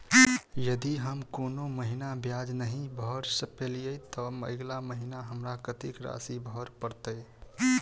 यदि हम कोनो महीना ब्याज नहि भर पेलीअइ, तऽ अगिला महीना हमरा कत्तेक राशि भर पड़तय?